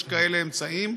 יש כאלה אמצעים,